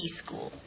school